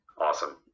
Awesome